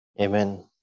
Amen